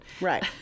Right